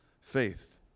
faith